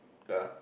ya